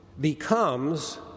becomes